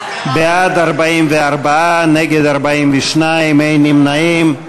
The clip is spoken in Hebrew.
44, נגד, 42, אין נמנעים.